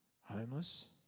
homeless